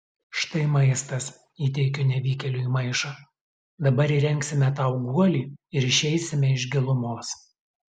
štai maistas įteikiu nevykėliui maišą dabar įrengsime tau guolį ir išeisime iš gilumos